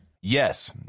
Yes